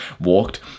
walked